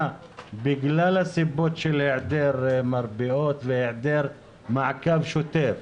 בגלל הסיבות של היעדר מרפאות והיעדר מעקב שוטף,